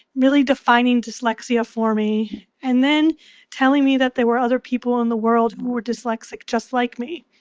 really defining dyslexia for me and then telling me that there were other people in the world who were dyslexic, just like me.